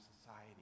society